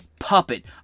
puppet